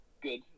good